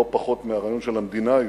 לא פחות מהרעיון של המדינה היהודית.